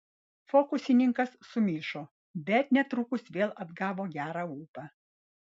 fokusininkas sumišo bet netrukus vėl atgavo gerą ūpą